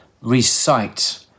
recite